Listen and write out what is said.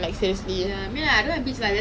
did you know I've never been to sentosa beach